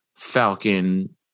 Falcon